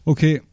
Okay